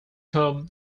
come